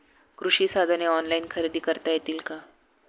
कृषी साधने ऑनलाइन खरेदी करता येतील का?